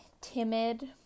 timid